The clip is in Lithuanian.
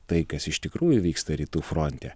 tai kas iš tikrųjų vyksta rytų fronte